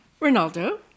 Ronaldo